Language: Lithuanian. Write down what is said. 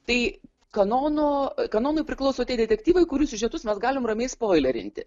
tai kanono kanonui priklauso tie detektyvai kurių siužetus mes galim ramiai spoilerinti